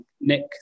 Nick